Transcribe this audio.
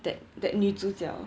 that that 女主角